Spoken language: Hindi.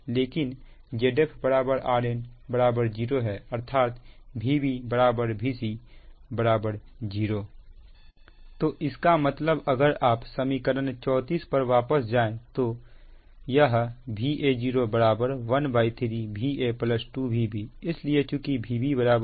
लेकिन Zf Rn 0 है अर्थात Vb Vc 0 तो इसका मतलब अगर आप समीकरण 34 पर वापस जाएं तो यह Vao 13 Va 2Vb इसलिए चुकी Vb 0 है